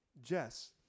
Jess